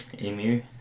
emu